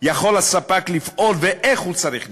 יכול הספק לפעול, ואיך הוא צריך לפעול.